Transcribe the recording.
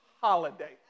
holiday